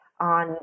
on